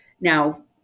Now